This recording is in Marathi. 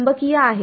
चुंबकीय आहेत